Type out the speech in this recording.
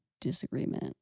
disagreement